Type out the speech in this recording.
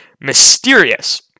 mysterious